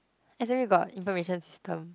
s_m_u got information system